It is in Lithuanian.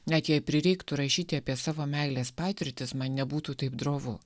net jei prireiktų rašyti apie savo meilės patirtis man nebūtų taip drovu